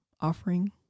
offering